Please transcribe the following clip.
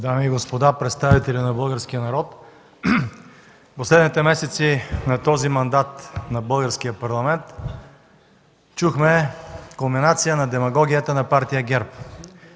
Дами и господа, представители на българския народ! В последните месеци на този мандат на българския парламент чухме кулминация на демагогията на партия ГЕРБ.